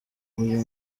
uyu